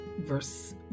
verse